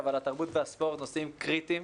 אבל התרבות והספורט הם נושאים קריטיים,